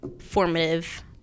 formative –